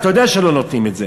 אתה יודע שלא נותנים את זה,